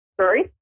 sorry